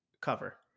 cover